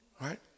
Right